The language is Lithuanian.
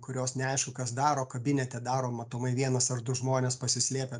kurios neaišku kas daro kabinete daro matomai vienas ar du žmonės pasislėpę